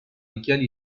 lesquels